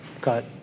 got